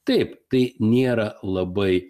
taip tai nėra labai